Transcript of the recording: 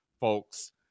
folks